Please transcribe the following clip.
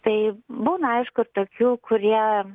tai būna aišku tokių kurie